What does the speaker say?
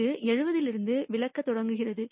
இது 70 லிருந்து விலகத் தொடங்குகிறது